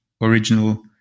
original